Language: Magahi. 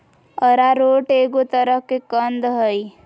अरारोट एगो तरह के कंद हइ